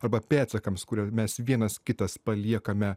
arba pėdsakams kurio mes vienas kitas paliekame